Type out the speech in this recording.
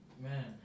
man